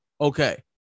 okay